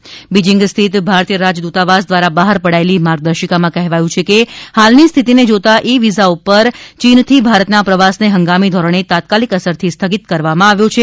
ચીન બીજીંગ સ્થિત ભારતીય રાજદ્રતાવાસ દ્વારા બહાર પડાયેલી માર્ગદર્શિકામાં કહેવાયું છે કે હાલની સ્થિતને જોતા ઇ વિઝા પર ચીનથી ભારતના પ્રવાસને હંગામી ધોરણે તાત્કાલિક અસરથી સ્થગિત કરવામાં આવ્યો છે